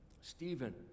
Stephen